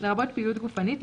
לרבות פעילות גופנית,